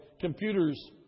computers